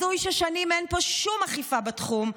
הזוי ששנים אין פה שום אכיפה בתחום,